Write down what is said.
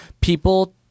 people